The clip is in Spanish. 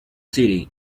city